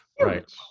Right